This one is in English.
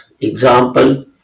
example